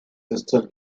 sister